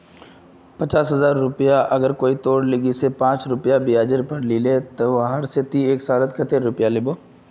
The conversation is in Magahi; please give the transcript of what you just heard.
पचास हजार रुपया कोई अगर तोर लिकी से पाँच रुपया ब्याजेर पोर लीले ते ती वहार लिकी से एक सालोत कतेला पैसा लुबो?